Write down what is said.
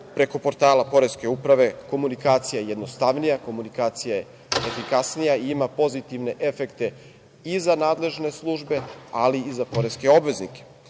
preko portala Poreske uprave komunikacija je jednostavnija, komunikacija je efikasnija i ima pozitivne efekte i za nadležne službe, ali i za poreske obveznike.